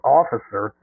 officer